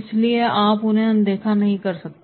इसलिए आप उन्हें अनदेखा नहीं कर सकते